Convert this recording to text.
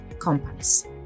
Companies